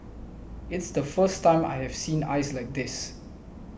it's the first time I have seen ice like this